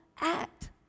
act